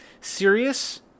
serious